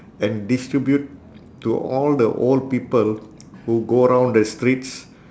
and distribute to all the old people who go around the streets